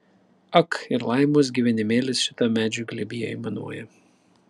ak ir laimos gyvenimėlis šitam medžių glėby aimanuoja